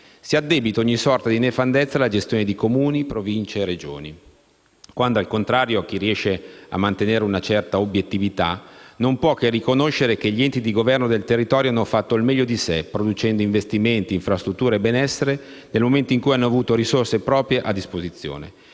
è addebitata ogni sorta di nefandezza alla gestione dei Comuni, delle Province e delle Regioni. Quando, al contrario, chi riesce a mantenere una certa obiettività, non può che riconoscere che gli enti di Governo del territorio hanno fatto il meglio di sé, producendo investimenti, infrastrutture e benessere nel momento in cui hanno avuto risorse proprie a disposizione.